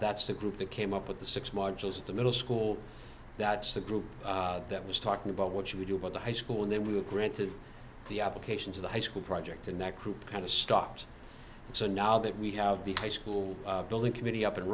that's the group that came up with the six modules the middle school that's the group that was talking about what should we do about the high school and then we were granted the application to the high school project and that group kind of stopped so now that we have the high school building committee up and